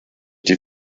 die